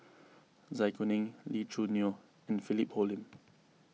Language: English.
Zai Kuning Lee Choo Neo and Philip Hoalim